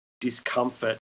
discomfort